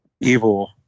evil